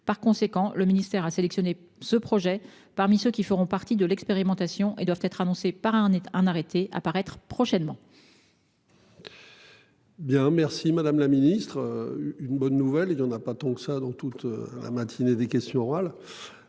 Par conséquent, le ministère a sélectionné ce projet parmi ceux qui feront partie de l'expérimentation et qui seront annoncés dans un arrêté à paraître prochainement.